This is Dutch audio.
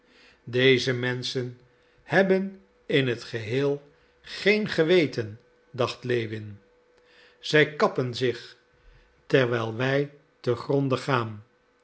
deze menschen hebben in t geheel geen geweten dacht lewin zij kappen zich terwijl wij te gronde gaan